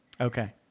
Okay